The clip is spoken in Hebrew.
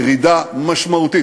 ירידה משמעותית,